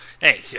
hey